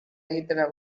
egitera